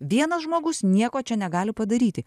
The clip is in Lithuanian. vienas žmogus nieko čia negali padaryti